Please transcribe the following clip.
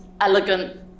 elegant